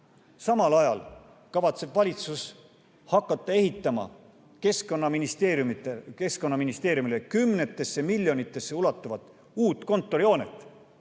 Samal ajal kavatseb valitsus hakata ehitama Keskkonnaministeeriumile kümnetesse miljonitesse ulatuva maksumusega uut kontorihoonet.